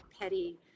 petty